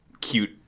cute